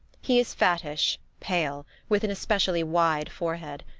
he is fattish, pale with an especially wide forehead.